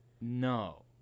no